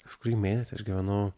kažkurį mėnesį aš gyvenau